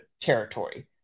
territory